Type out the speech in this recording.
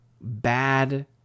bad